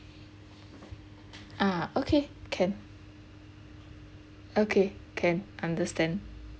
ah okay can okay can understand